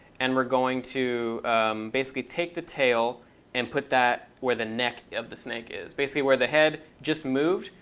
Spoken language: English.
and we're going to basically take the tail and put that where the neck of the snake is. basically, where the head just moved,